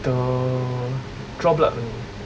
the draw blood only